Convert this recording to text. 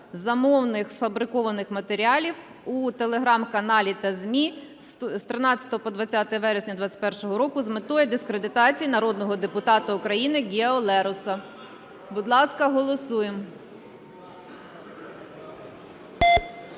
замовних сфабрикованих матеріалів у телеграм каналах та ЗМІ, з 13 по 20 вересня 2021 року, з метою дискредитації народного депутата України Гео Лероса. Будь ласка, голосуємо.